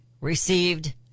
received